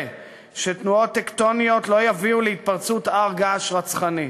שתנועות טקטוניות לא יביאו להתפרצות הר-געש רצחני.